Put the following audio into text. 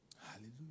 Hallelujah